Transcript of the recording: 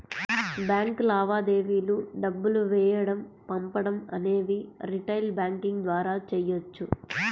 bank లావాదేవీలు డబ్బులు వేయడం పంపడం అనేవి రిటైల్ బ్యాంకింగ్ ద్వారా చెయ్యొచ్చు